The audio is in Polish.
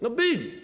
No byli.